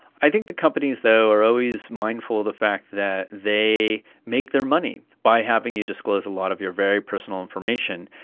i think the companies though are always mindful of the fact that they make their money by having you disclose a lot of your very personal information,